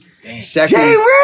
Second